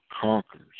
conquers